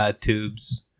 tubes